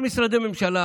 בכמה משרדי ממשלה,